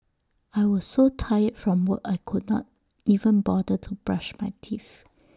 I was so tired from work I could not even bother to brush my teeth